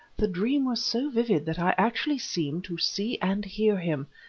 the dream was so vivid that i actually seemed to see and hear him,